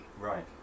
Right